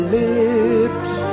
lips